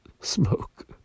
smoke